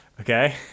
okay